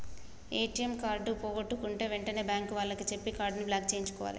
ATM card పోగొట్టుకుంటే వెంటనే bank వాళ్లకి చెప్పి కార్డుని బ్లాక్ చేయించుకోవాలే